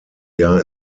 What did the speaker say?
jahr